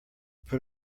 put